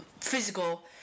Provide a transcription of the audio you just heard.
physical